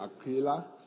aquila